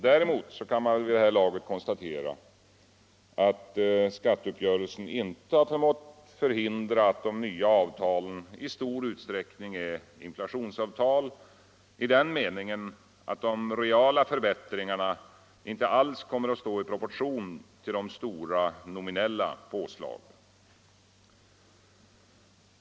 Däremot kan man väl vid det här !aget konstatera att skatteuppgörelsen inte förmått hindra att de nya avtalen i stor utsträckning är ”inflationsavtal” i den meningen att de reala förbättringarna inte alls kommer att stå i proportion till de stora nominella påslagen.